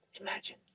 imagine